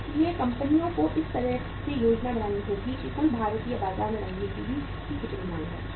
इसलिए कंपनियों को इस तरह से योजना बनानी होगी कि कुल भारतीय बाजार में रंगीन टीवी की कितनी मांग है